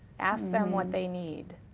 ask them what they need.